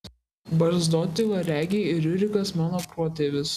barzdoti variagai ir riurikas mano protėvis